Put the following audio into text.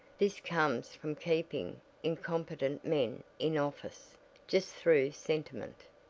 this comes from keeping incompetent men in office just through sentiment.